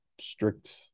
strict